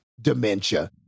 dementia